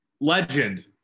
legend